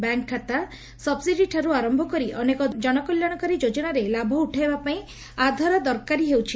bank ଖାତା ସବ୍ସିଡିଠାରୁ ଆର ଅନେକ ଜନକଲ୍ୟାଣକାରୀ ଯୋଜନାରେ ଲାଭ ଉଠାଇବା ପାଇଁ ଆଧାର ଦରକାରୀ ହେଉଛି